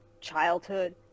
childhood